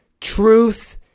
truth